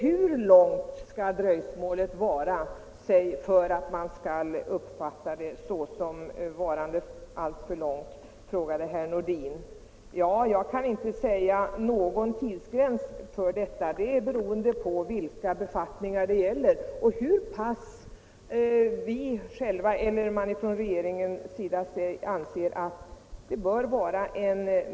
Hur långt skall ett dröjsmål vara för att man skall uppfatta det såsom varande alltför långt, frågade herr Nordin. Jag kan inte ange någon tidsgräns. Det beror på vilken befattning det gäller och hur pass gärna vi själva eller regeringen vill ha en viss person.